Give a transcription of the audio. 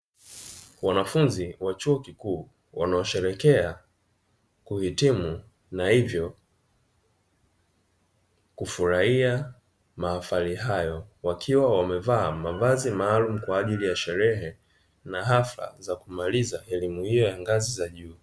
Wanafunzi wa chuo kikuu wanaosheherekea kuhitimu na hivyo, kufurahia maafari hayo wakiwa wamevaa mavazi maalumu kwa ajili ya sherehe na hafla za kumaliza elimu hiyo ya ngazi za juu.